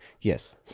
Yes